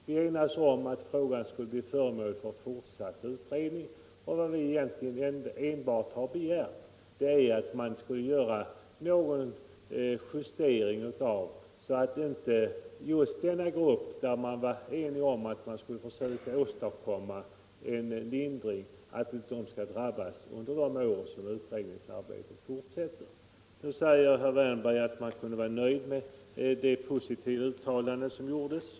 Vi enades då om att frågan skulle bli föremål för en fortsatt utredning. Vad vi nu begär är enbart att man skall göra en justering av kapitalbeskattningen med hänsyn till 1975 års fastighetstaxering, så att denna grupp inte skall drabbas av höjda kapitalskatter under de år som utredningsarbetet fortsätter. Nu säger herr Wärnberg att man kunde vara nöjd med det positiva uttalande som gjordes i fjol.